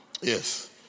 Yes